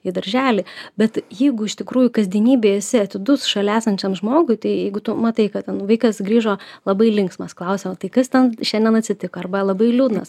į darželį bet jeigu iš tikrųjų kasdienybėj esi atidus šalia esančiam žmogui tai jeigu tu matai kad ten vaikas grįžo labai linksmas klausi o tai kas ten šiandien atsitiko arba labai liūdnas